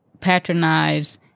patronize